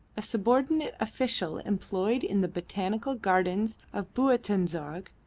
a subordinate official employed in the botanical gardens of buitenzorg,